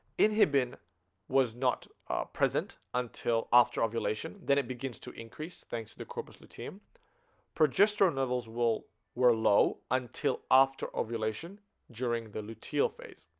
inhibin was not present until after ovulation then it begins to increase thanks to the corpus luteum progesterone levels will were low until after ovulation during the luteal phase